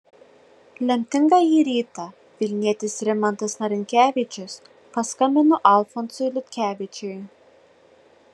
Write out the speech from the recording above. lemtingąjį rytą vilnietis rimantas narinkevičius paskambino alfonsui liutkevičiui